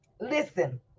Listen